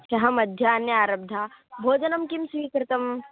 ह्यः मध्याह्ने आरब्दा भोजनं किं स्वीकृतम्